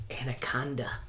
Anaconda